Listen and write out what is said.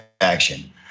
action